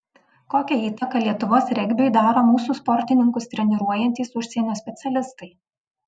kokią įtaką lietuvos regbiui daro mūsų sportininkus treniruojantys užsienio specialistai